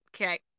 Okay